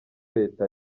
leta